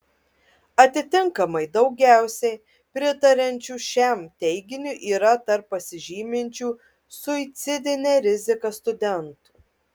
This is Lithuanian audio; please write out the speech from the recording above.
atitinkamai daugiausiai pritariančių šiam teiginiui yra tarp pasižyminčių suicidine rizika studentų